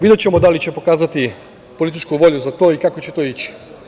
Videćemo da li će pokazati političku volju za to i kako će to ići.